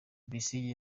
besigye